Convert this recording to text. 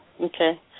okay